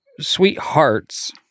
sweethearts